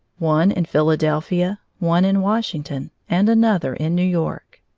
one in philadelphia, one in washington, and another in new york.